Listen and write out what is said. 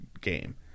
game